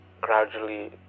gradually